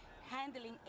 handling